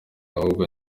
ahubwo